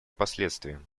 последствиям